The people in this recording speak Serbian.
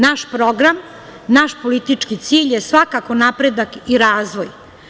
Naš program, naš politički cilj je svakako napredak i razvoj.